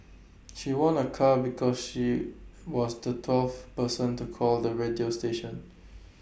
she won A car because she was the twelfth person to call the radio station